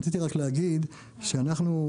רציתי להגיד שאנחנו,